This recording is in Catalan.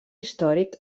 històric